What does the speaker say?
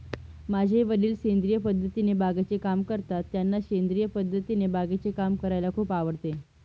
माझे वडील सेंद्रिय पद्धतीने बागेचे काम करतात, त्यांना सेंद्रिय पद्धतीने बागेचे काम करायला खूप आवडते